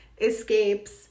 escapes